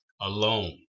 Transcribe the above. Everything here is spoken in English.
alone